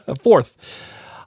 Fourth